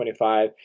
25